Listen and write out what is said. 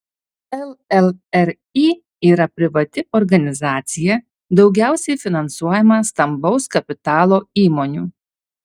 llri yra privati organizacija daugiausiai finansuojama stambaus kapitalo įmonių